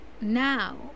now